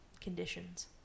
conditions